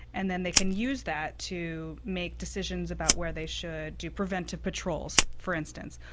and then they can use that to make decisions about where they should do preventive patrols for instance.